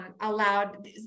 allowed